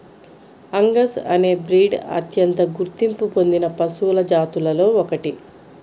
Angus అనే breed అత్యంత గుర్తింపు పొందిన పశువుల జాతులలో ఒకటి